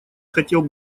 хотел